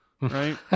right